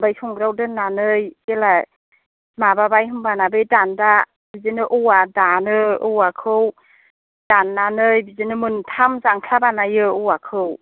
ओमफ्राय संग्राइयाव दोननानै जेला माबाबाय होनबाना बे दानदा बिदिनो औवा दानो औवाखौ दाननानै बिदिनो मोनथाम जांख्ला बानायो औवाखौ